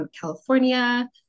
California